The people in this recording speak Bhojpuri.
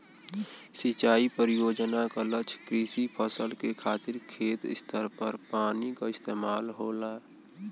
सिंचाई परियोजना क लक्ष्य कृषि फसल के खातिर खेत स्तर पर पानी क इस्तेमाल होला